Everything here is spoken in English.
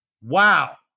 Wow